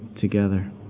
together